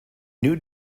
new